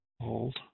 Hold